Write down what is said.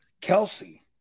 Kelsey